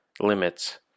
limits